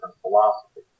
philosophy